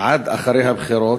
עד אחרי הבחירות?